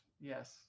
Yes